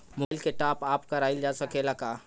Mobile के top आप कराइल जा सकेला का?